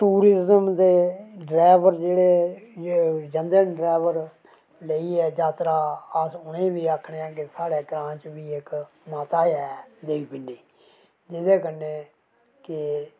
tourism दे driver जेह्ड़े जंदे न डरैवर लेईयै जात्तरा अस उने बी आक्खने आं कि साढ़ै ग्रांऽ बी इक माता ऐ देवी पिण्डी जेह्दै कन्नै ते